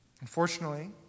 Unfortunately